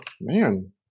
Man